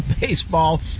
baseball